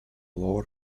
lower